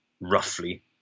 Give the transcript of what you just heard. roughly